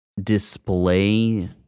display